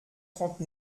trente